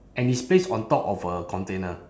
and it's placed on top of a container